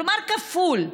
כלומר כפול,